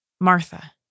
Martha